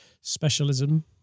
specialism